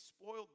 spoiled